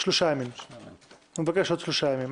הוא מבקש עוד שלושה ימים.